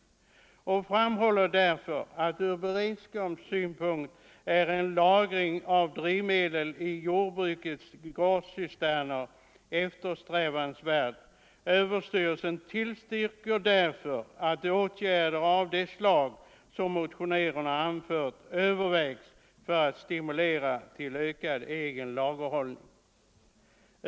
Styrelsen framhåller att från beredskapssynpunkt är en lagring av drivmedel i jordbrukets gårdscisterner eftersträvansvärd och tillstyrker att åtgärder av det slag som motionärerna anfört övervägs för att stimulera till ökad egen lagerhållning.